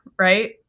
right